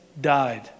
died